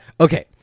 Okay